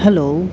hello